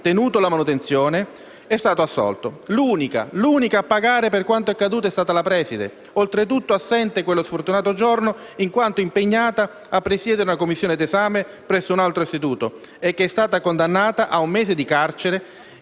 tenuto alla manutenzione, è stato assolto. L'unica a pagare per quanto accaduto è stata la preside, oltretutto assente quello sfortunato giorno in quanto impegnata a presiedere una commissione di esame presso un altro istituto, che è stata condannata a un mese di carcere